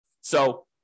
So-